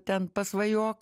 ten pasvajok